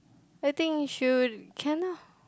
I think we should try lah